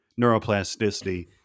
neuroplasticity